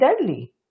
deadly